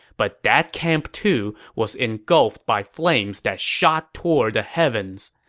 but that camp, too, was engulfed by flames that shot toward the heavens.